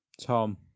Tom